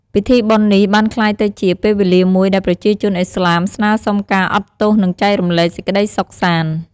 ពីធីបុណ្យនេះបានក្លាយទៅជា ពេលវេលាមួយដែលប្រជាជនឥស្លាម ស្នើសុំការអត់ទោស និងចែករំលែកសេចក្ដីសុខសាន្ត។